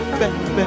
baby